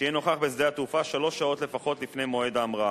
שיהיה נוכח בשדה התעופה שלוש שעות לפחות לפני מועד ההמראה.